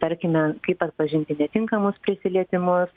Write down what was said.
tarkime kaip atpažinti netinkamus prisilietimus